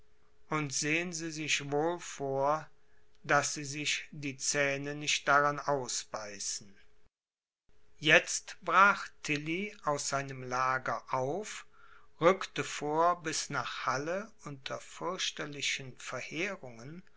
und sehen sie sich wohl vor daß sie sich die zähne nicht daran ausbeißen jetzt brach tilly aus seinem lager auf rückte vor bis nach halle unter fürchterlichen verheerungen